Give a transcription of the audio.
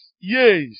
Yes